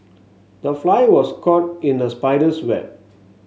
the fly was caught in the spider's web